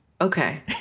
Okay